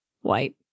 white